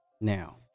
Now